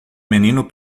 menino